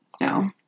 No